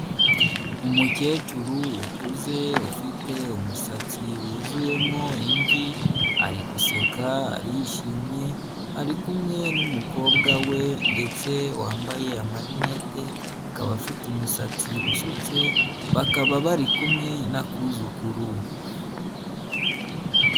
Umukecuru ukuze ufite umusatsi wuzuyemo imvi ari guseka, arishimye, ari kumwe n'umukobwa we ndetse wambaye amarinete, akaba afite umusatsi usutse, bakaba bari kumwe n'akuzukuru.